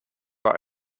war